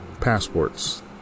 passports